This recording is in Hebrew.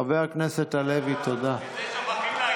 חבר הכנסת הלוי, תודה.